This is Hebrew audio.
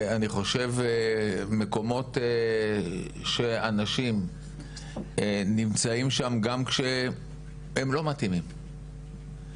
אני חושב שמקומות שאנשים נמצאים שם גם כשהם לא מתאימים,